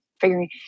figuring